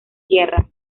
tierra